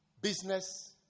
business